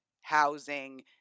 housing